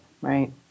right